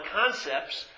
concepts